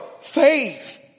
faith